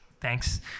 thanks